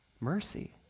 mercy